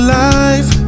life